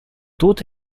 тут